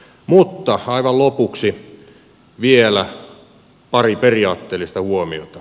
mutta aivan lopuksi vielä pari periaatteellista huomiota